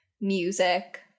music